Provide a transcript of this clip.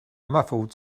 muffled